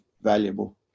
valuable